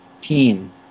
team